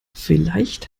vielleicht